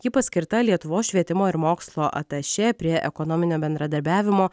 ji paskirta lietuvos švietimo ir mokslo atašė prie ekonominio bendradarbiavimo